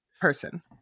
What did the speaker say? person